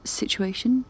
situation